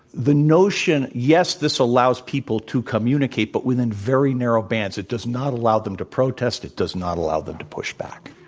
the notion yes, this allows people to communicate, but within very narrow bands. it does not allow them to protest. it does not allow them to push back.